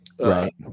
right